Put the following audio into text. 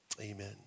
Amen